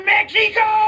Mexico